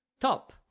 top